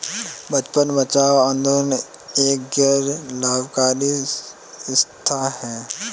बचपन बचाओ आंदोलन एक गैर लाभकारी संस्था है